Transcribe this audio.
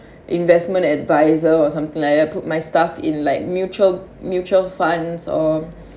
investment adviser or something like that put my stuff in like mutual mutual funds or